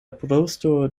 brusto